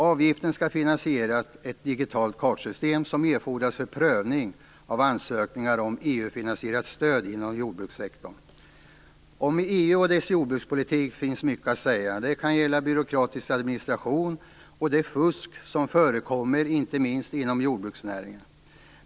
Avgiften skall finansiera ett digitalt kartsystem som fordras för prövning av ansökningar om EU-finansierat stöd inom jordbrukssektorn. Om EU och dess jordbrukspolitik finns mycket att säga. Det kan gälla byråkratisk administration och det fusk som förekommer inte minst inom jordbruksnäringen.